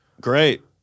Great